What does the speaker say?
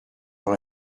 dans